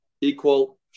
equal